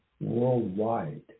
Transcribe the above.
worldwide